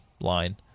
line